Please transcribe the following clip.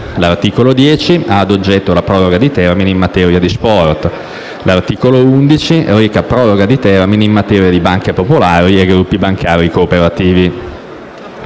L'articolo 10 ha ad oggetto la proroga di termini in materia di sport. L'articolo 11 reca proroga di termini in materia di banche popolari e gruppi bancari cooperativi.